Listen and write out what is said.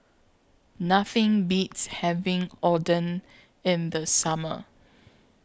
Nothing Beats having Oden in The Summer